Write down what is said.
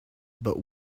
but